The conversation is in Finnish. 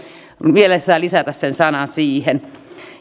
mielessään lisätä sen sanan siihen